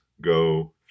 go